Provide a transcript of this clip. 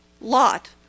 Lot